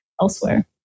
elsewhere